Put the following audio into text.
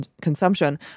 consumption